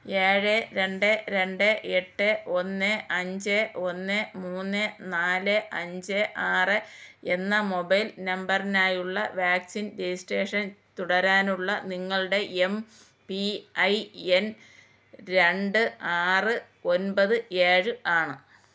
ഏഴ് രണ്ട് രണ്ട് എട്ട് ഒന്ന് അഞ്ച് ഒന്ന് മൂന്ന് നാല് അഞ്ച് ആറ് എന്ന മൊബൈൽ നമ്പറിനായുള്ള വാക്സിൻ രജിസ്ട്രേഷൻ തുടരാനുള്ള നിങ്ങളുടെ എം പി ഐ എൻ രണ്ട് ആറ് ഒൻപത് ഏഴ് ആണ്